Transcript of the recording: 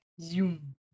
Zoom